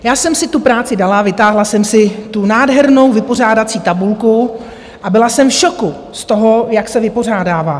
Já jsem si tu práci dala, vytáhla jsem si tu nádhernou vypořádací tabulku a byla jsem v šoku z toho, jak se vypořádává.